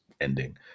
ending